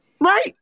Right